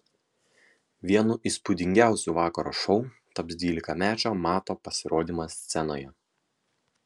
vienu įspūdingiausių vakaro šou taps dvylikamečio mato pasirodymas scenoje